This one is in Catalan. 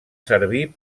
servir